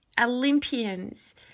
olympians